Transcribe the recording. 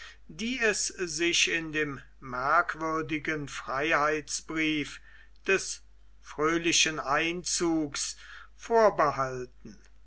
die es sich in dem merkwürdigen freiheitsbrief des fröhlichen einzugs vorbehalten